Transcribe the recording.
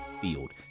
field